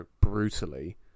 brutally